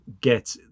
get